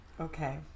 Okay